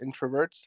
introverts